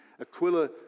Aquila